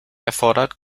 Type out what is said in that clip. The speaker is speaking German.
erfordert